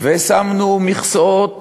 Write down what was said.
ושמנו מכסות.